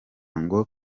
ngo